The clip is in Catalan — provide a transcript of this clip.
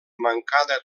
mancada